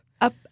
Up